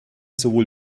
sowohl